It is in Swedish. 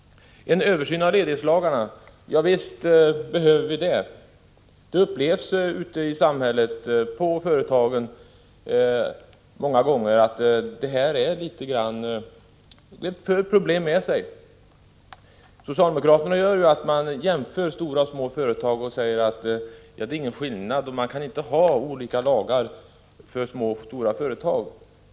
Visst behöver vi en översyn av ledighetslagarna. Ute i samhället, på företagen, anser man att detta många gånger för problem med sig. Socialdemokraterna jämför stora och små företag och säger att det inte är någon skillnad i deras förhållanden och att man inte kan ha olika lagar för stora och för små företag.